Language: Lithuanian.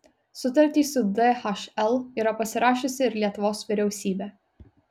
sutartį su dhl yra pasirašiusi ir lietuvos vyriausybė